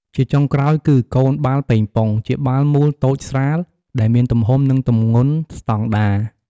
ជាចុងក្រោយគឺ កូនបាល់ប៉េងប៉ុង ជាបាល់មូលតូចស្រាល ដែលមានទំហំ និងទម្ងន់ស្តង់ដារ។